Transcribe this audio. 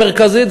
המרכזית,